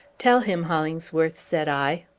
tell him, hollingsworth, said i.